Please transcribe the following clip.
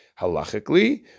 halachically